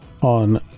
on